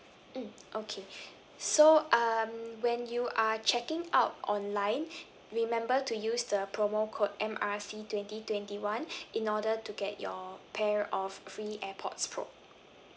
mm okay so um when you are checking out online remember to use the promo code M R C twenty twenty one in order to get your pair of free airpods pro